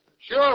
Sure